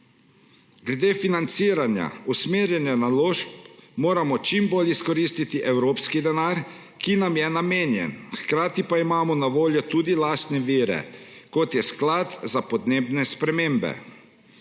Glede financiranja usmerjanja naložb moramo čim bolj izkoristiti evropski denar, ki nam je namenjen, hkrati pa imamo na voljo tudi lastne vire, kot je Sklad za podnebne spremembe.